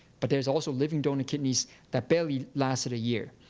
but there's also living donor kidneys that barely lasted a year.